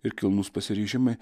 ir kilnūs pasiryžimai